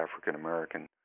African-American